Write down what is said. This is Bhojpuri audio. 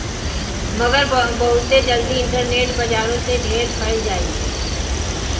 मगर बहुते जल्दी इन्टरनेट बजारो से ढेर फैल जाई